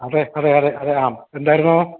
അതെ അതെ അതെ അതെ ആ എന്തായിരുന്നു